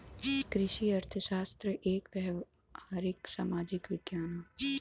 कृषि अर्थशास्त्र एक व्यावहारिक सामाजिक विज्ञान हौ